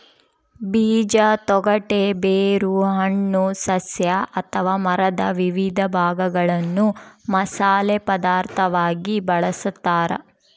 ಬೀಜ ತೊಗಟೆ ಬೇರು ಹಣ್ಣು ಸಸ್ಯ ಅಥವಾ ಮರದ ವಿವಿಧ ಭಾಗಗಳನ್ನು ಮಸಾಲೆ ಪದಾರ್ಥವಾಗಿ ಬಳಸತಾರ